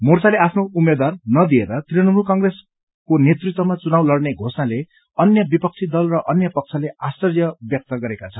मोर्चाले आफ्नो उम्मेद्वार नदिएर तृणमूल कंग्रेसको नेतृत्वमा चुनाव लड़ने घोषणाले अन्य विपक्षी दल र अन्य पक्षले आश्चर्य व्यक्त गरेका छन्